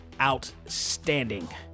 outstanding